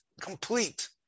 complete